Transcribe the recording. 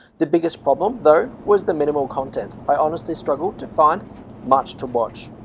the biggest problem though was the minimal content. i honestly struggled to find much to watch.